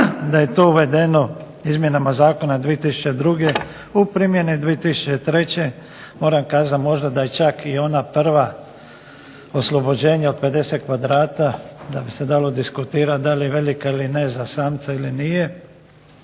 da je to uvedeno izmjenama zakona 2002., u primjeni 2003. moram kazat možda da je čak i ona prva oslobođenje od 50 kvadrata da bi se dalo diskutirat da li je velika ili ne za samca ili nije,